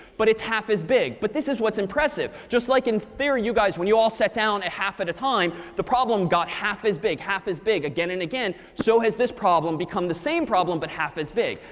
but it's half as big. but this is what's impressive. just like in theory, you guys, when you all sat down only half at a time, the problem got half as big, half as big, again and again. so has this problem become the same problem but half as big.